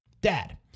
dad